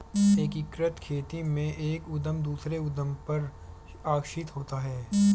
एकीकृत खेती में एक उद्धम दूसरे उद्धम पर आश्रित होता है